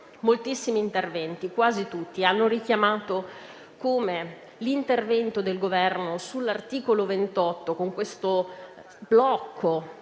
Moltissimi interventi, quasi tutti, hanno richiamato come l'intervento del Governo sull'articolo 28 del provvedimento,